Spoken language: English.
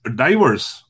diverse